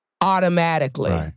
automatically